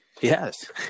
Yes